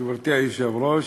גברתי היושבת-ראש,